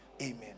Amen